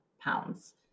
pounds